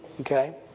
okay